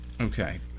Okay